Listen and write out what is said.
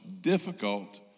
difficult